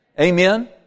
Amen